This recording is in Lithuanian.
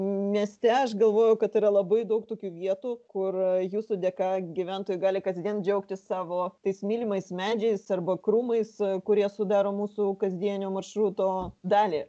mieste aš galvoju kad yra labai daug tokių vietų kur jūsų dėka gyventojai gali kasdien džiaugtis savo tais mylimais medžiais arba krūmais kurie sudaro mūsų kasdienio maršruto dalį